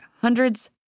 hundreds